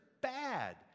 Bad